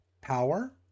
power